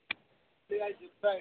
ఇక చెప్తాను